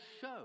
show